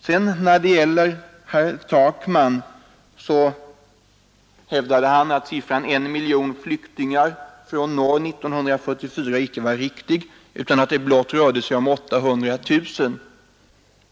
Herr Takman hävdade att siffran 1 miljon flyktingar från norr 1954 icke var riktig, utan att det blott rörde sig om 800 000.